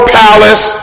palace